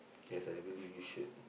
yes I believe you should